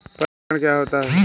परागण क्या होता है?